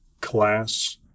class